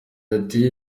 ati